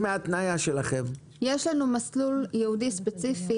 יש לנו מסלול ייעודי ספציפי,